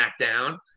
SmackDown